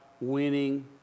winning